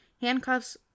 handcuffs